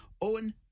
Owen